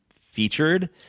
featured